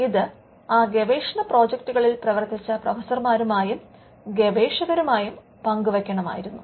ഇത് ആ ഗവേഷണ പ്രോജെക്ടുകളിൽ പ്രവർത്തിച്ച പ്രൊഫസർമാരുമായും ഗവേഷകരുമായും പങ്കുവെക്കണമായിരുന്നു